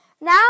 now